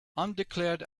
undeclared